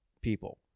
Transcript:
people